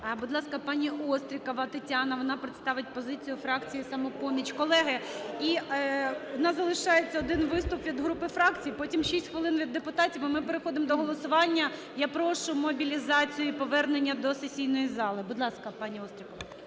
Будь ласка, пані Острікова Тетяна. Вона представить позицію фракції "Самопоміч". Колеги, і в нас залишається один виступ від груп і фракцій, потім 6 хвилин від депутатів, і ми переходимо до голосування. Я прошу мобілізацію і повернення до сесійної зали. Будь ласка, пані Острікова.